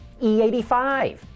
E85